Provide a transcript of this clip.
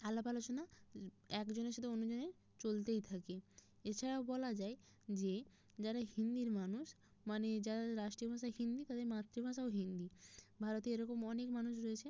আলাপ আলোচনা একজনের সাথে অন্যজনের চলতেই থাকে এছাড়াও বলা যায় যে যারা হিন্দির মানুষ মানে যাদের রাষ্ট্রীয় ভাষা হিন্দি তাদের মাতৃভাষাও হিন্দি ভারতে এরকম অনেক মানুষ রয়েছে